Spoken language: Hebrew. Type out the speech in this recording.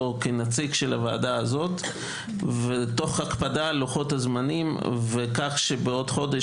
כנציג של הוועדה הזו תוך הקפדה על לוחות הזמנים כך שבעוד חודש